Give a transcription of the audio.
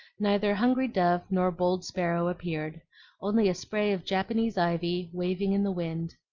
neither hungry dove nor bold sparrow appeared only a spray of japanese ivy waving in the wind.